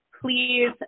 Please